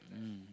mm